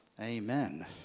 Amen